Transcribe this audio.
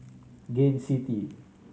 Gain City